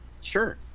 Sure